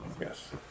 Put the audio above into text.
Yes